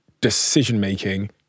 decision-making